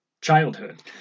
childhood